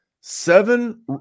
seven